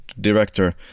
director